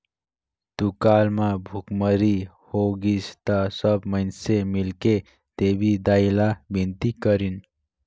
दुकाल म भुखमरी होगिस त सब माइनसे मिलके देवी दाई ला बिनती करिन